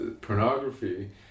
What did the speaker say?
pornography